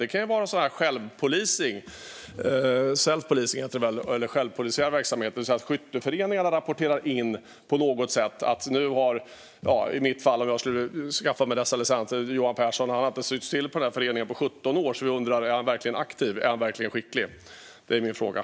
Det kan handla om self-policing, självpolisiär verksamhet, det vill säga att skytteföreningarna på något sätt rapporterar in att - om det handlade om mig och om jag skaffade mig sådana licenser - Johan Pehrson inte har setts till i föreningen på 17 år. De skulle få ta ställning till om jag är aktiv och om jag verkligen är skicklig. Detta var mina frågor.